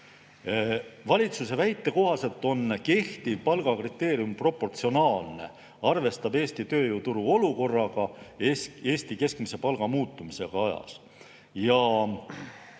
Valitsuse väite kohaselt on kehtiv palgakriteerium proportsionaalne, arvestab Eesti tööjõuturu olukorraga ja Eesti keskmise palga muutumisega ajas.